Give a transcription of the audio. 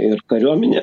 ir kariuomenė